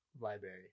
Library